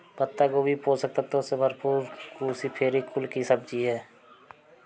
पत्ता गोभी पोषक तत्वों से भरपूर क्रूसीफेरी कुल की सब्जी है